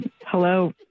hello